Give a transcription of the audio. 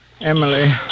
Emily